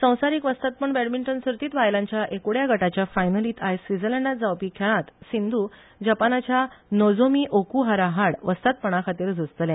संसारीक वस्तादपण बॅडमिंटन सर्तीत बायलांच्या एकोडया गटाच्या फायनलित आयज स्वित्झलँडात जावपी खेळांत सिंधू जपानाच्या नोझोमी ओकुहारा आड वस्तादपणाखातीर झूजतले